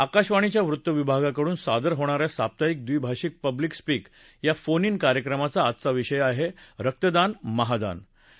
आकाशवाणीच्या वृत्त विभागाकडून सादर होणा या साप्ताहिक द्विभाषिक पब्लिक स्पिक या फोन ईन कार्यक्रमाचा आजचा विषय आहक रक्तदान महादान